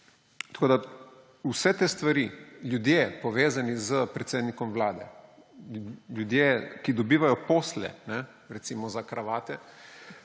ga omeni. Vse te stvari − ljudje, povezani s predsednikom Vlade, ljudje, ki dobivajo posle, recimo za kravate,